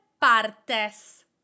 partes